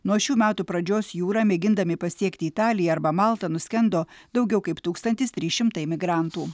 nuo šių metų pradžios jūra mėgindami pasiekti italiją arba maltą nuskendo daugiau kaip tūkstantis trys šimtai migrantų